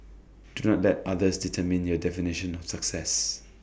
do not let other determine your definition of success